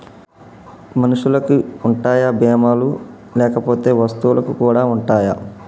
మనుషులకి ఉంటాయా బీమా లు లేకపోతే వస్తువులకు కూడా ఉంటయా?